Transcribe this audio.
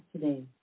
today